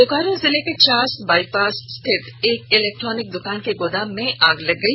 बोकारो जिले के Chas bypass स्थित एक इलेक्ट्रोनिक द्वकान के गोदाम में आग लग गइ